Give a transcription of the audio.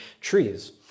trees